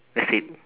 that's it